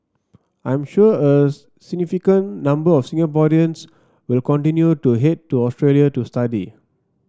I'm sure a significant number of Singaporeans will continue to head to Australia to study